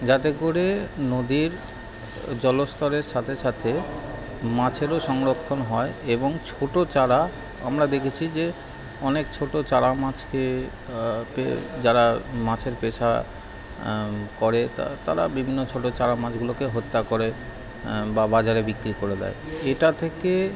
যাতে করে নদীর জলস্তরের সাথে সাথে মাছেরও সংরক্ষণ হয় এবং ছোট চারা আমরা দেখেছি যে অনেক ছোট চারা মাছকে কে যারা মাছের পেশা করে তারা তারা বিভিন্ন ছোট চারা মাছগুলোকে হত্যা করে বা বাজারে বিক্রি করে দেয় এটা থেকে